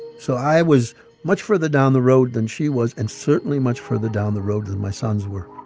so i was much further down the road than she was, and certainly much further down the road than my sons were